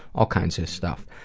all kinds of stuff.